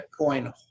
Bitcoin